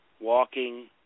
walking